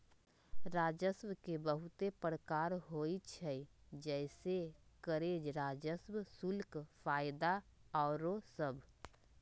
राजस्व के बहुते प्रकार होइ छइ जइसे करें राजस्व, शुल्क, फयदा आउरो सभ